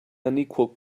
unequal